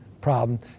problem